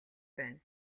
байна